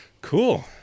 Cool